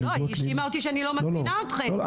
גוטליב --- היא האשימה אותי שאני לא מזמינה אתכם.